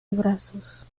brazos